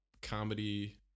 comedy